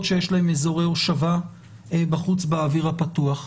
שיש להן אזורי הושבה בחוץ באוויר הפתוח.